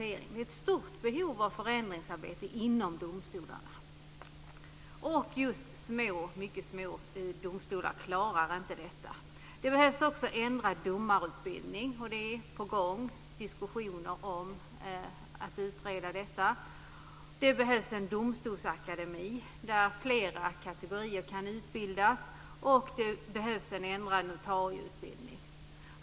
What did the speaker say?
Det finns ett stort behov av förändringsarbete inom domstolarna, och just mycket små domstolar klarar inte detta. Det behövs också ändrad domarutbildning. Det är på gång diskussioner om att utreda detta. Det behövs en domstolsakademi där flera kategorier kan utbildas och det behövs en ändrad notarieutbildning.